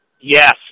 Yes